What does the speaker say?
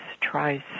tries